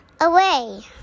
away